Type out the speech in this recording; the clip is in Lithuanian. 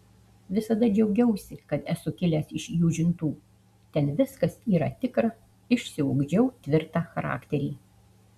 visada džiaugiausi kad esu kilęs iš jūžintų ten viskas yra tikra išsiugdžiau tvirtą charakterį